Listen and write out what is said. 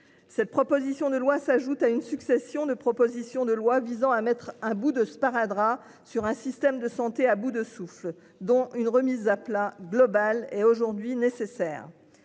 Cette proposition de loi s'ajoute à une succession de proposition de loi visant à mettre un bout de sparadrap sur un système de santé à bout de souffle dont une remise à plat globale est aujourd'hui nécessaire.